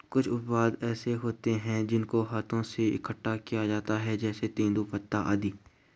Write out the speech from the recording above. कुछ उत्पाद ऐसे होते हैं जिनको हाथों से इकट्ठा किया जाता है जैसे तेंदूपत्ता आदि